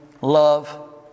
love